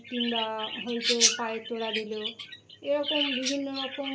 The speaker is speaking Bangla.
কিংবা হয়তো পায়ের তোরা দিলো এরকম বিভিন্ন রকম